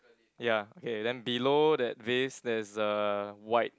ya okay then below that vase there's a white